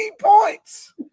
points